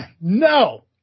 No